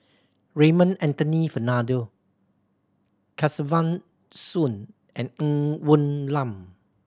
Raymond Anthony Fernando Kesavan Soon and Ng Woon Lam